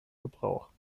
gebrauch